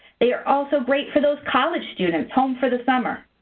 they are also great for those college students home for the summer,